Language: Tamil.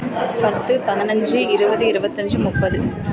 பத்து பதினஞ்சு இருபது இருபத்தஞ்சு முப்பது